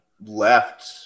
left